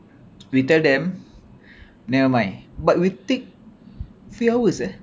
we tell them nevermind but we take a few hours eh